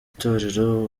itorero